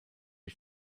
die